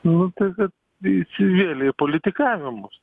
nu tai kad įsivėlė į politikavimus